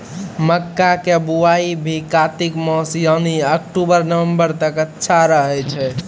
मक्का के बुआई भी कातिक मास यानी अक्टूबर नवंबर तक अच्छा रहय छै